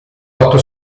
otto